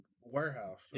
warehouse